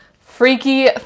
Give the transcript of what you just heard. Freaky